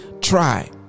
try